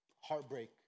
heartbreak